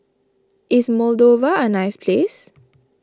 is Moldova a nice place